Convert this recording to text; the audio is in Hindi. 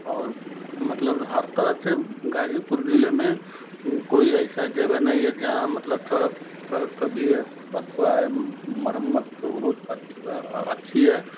और मतलब हर तरफ़ से गाज़ीपुर ज़िले में कोई ऐसी जगह नहीं है जहाँ मतलब सड़क सड़क का भी मसला है मरम्मत अच्छ अच्छी है